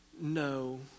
no